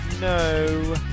No